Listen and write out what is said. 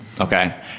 Okay